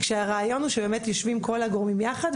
כשהרעיון הוא שבאמת יושבים כל הגורמים יחד,